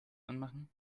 anmachen